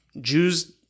Jews